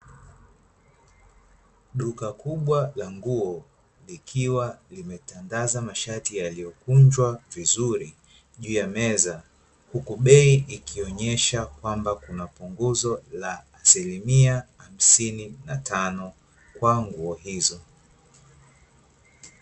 Duka kubwa la nguo likiwa limetandaza mashati yaliyokunjwa vizuri juu ya meza, huku bei ikionyesha kwamba kuna punguzo la asilimia kumi na tano kwa nguo hizo.